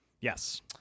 Yes